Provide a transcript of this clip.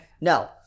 No